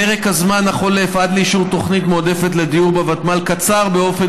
פרק הזמן החולף עד לאישור תוכנית מועדפת לדיור בוותמ"ל קצר באופן